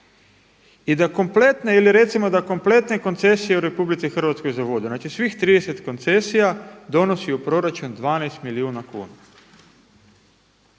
da kompletne koncesije u RH za vodu. Znači, svih 30 koncesija donosi u proračun 12 milijuna kuna.